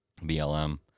BLM